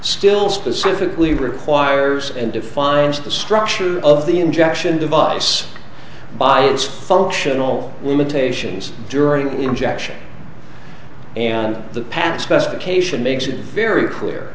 still specifically requires in defiance of the structure of the injection device by its functional limitations during injection and the past specification makes it very clear